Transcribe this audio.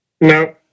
No